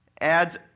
adds